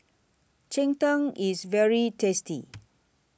Cheng Tng IS very tasty